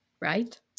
Right